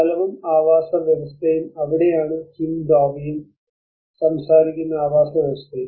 സ്ഥലവും ആവാസവ്യവസ്ഥയും അവിടെയാണ് കിം ഡോവിയും സംസാരിക്കുന്ന ആവാസവ്യവസ്ഥയും